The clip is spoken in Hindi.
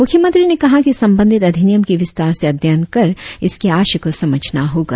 मुख्यमंत्री ने कहा कि संबंधित अधिनियम की विस्तार से अध्यन कर इसके आशय को समझना होगा